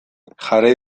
jarri